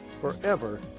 forever